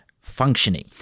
functioning